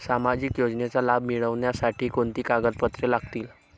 सामाजिक योजनेचा लाभ मिळण्यासाठी कोणती कागदपत्रे लागतील?